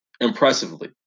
impressively